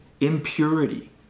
impurity